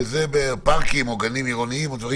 שזה פארקים או גנים עירוניים או דברים